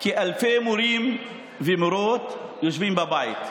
כי אלפי מורים ומורות יושבים בבית,